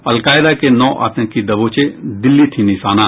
al Qaeda के नौ आतंकी दबोचे दिल्ली थी निशाना